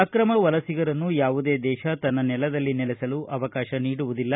ಅಕ್ರಮ ವಲಸೆಗರನ್ನು ಯಾವುದೇ ದೇಶತನ್ನ ನೆಲದಲ್ಲಿ ನೆಲೆಸಲು ಅವಕಾಶ ನೀಡುವುದಿಲ್ಲ